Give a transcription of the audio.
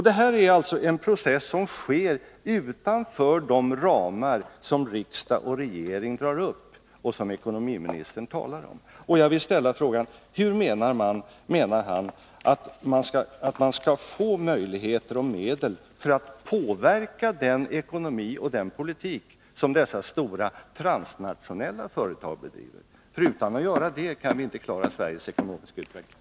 Denna process sker således utanför de ramar som riksdag och regering drar upp och som ekonomiministern talar om. Jag vill ställa följande fråga: Hur menar ekonomioch budgetministern att man skall få möjligheter och medel för att kunna påverka den ekonomi och den politik som dessa stora transnationella företag bedriver? Utan att göra det kan vi nämligen inte klara Sveriges ekonomiska utveckling.